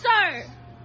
sir